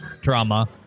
drama